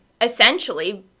essentially